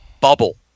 bubble